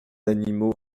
animaux